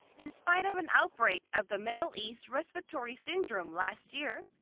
in spite of an outbreak of the middle east respiratory syndrome last year.